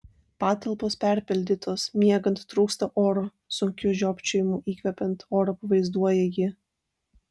patalpos perpildytos miegant trūksta oro sunkiu žiopčiojimu įkvepiant orą pavaizduoja ji